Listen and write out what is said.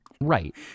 Right